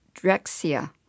Drexia